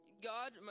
God